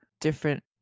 different